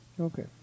Okay